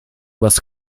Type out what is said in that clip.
was